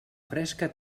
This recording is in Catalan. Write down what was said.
fresca